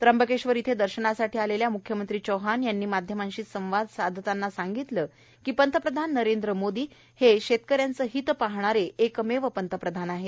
त्र्यंबकेश्वर येथे दर्शनासाठी आलेल्या म्ख्यमंत्री चौहान यांनी माध्यमांशी संवाद साधताना सांगितले की पंतप्रधान नरेंद्र मोदी हे शेतकरी हित पाहणारे एकमेव पंतप्रधान आहेत